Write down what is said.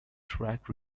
track